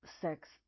sex